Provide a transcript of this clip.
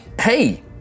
hey